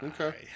Okay